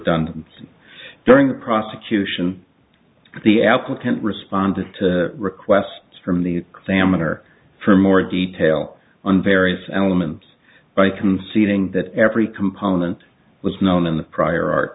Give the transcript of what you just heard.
t during the prosecution the applicant responded to requests from the famine or for more detail on various elements by conceding that every component was known and the prior art